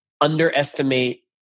underestimate